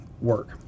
work